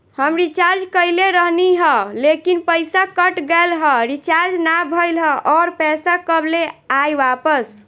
हम रीचार्ज कईले रहनी ह लेकिन पईसा कट गएल ह रीचार्ज ना भइल ह और पईसा कब ले आईवापस?